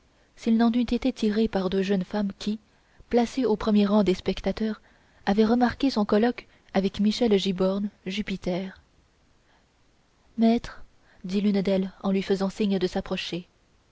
s'il n'en eût été tiré par deux jeunes femmes qui placées au premier rang des spectateurs avaient remarqué son colloque avec michel giborne jupiter maître dit l'une d'elles en lui faisant signe de s'approcher